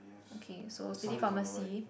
okay so city pharmacy